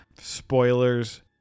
spoilers